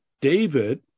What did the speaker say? David